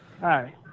Hi